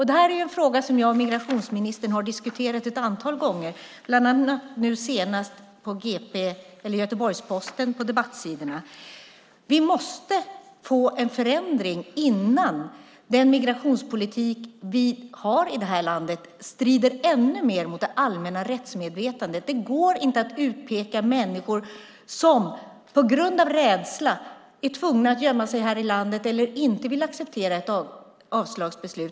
Den här frågan har jag och migrationsministern diskuterat ett antal gånger, bland annat nu senast på debattsidan i Göteborgs-Posten. Vi måste få en förändring innan den migrationspolitik vi har i det här landet ännu mer strider mot det allmänna rättsmedvetandet. Det går inte att utpeka de människor som brottslingar som på grund av rädsla är tvungna att gömma sig här i landet eller inte vill acceptera ett avslagsbeslut.